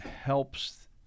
helps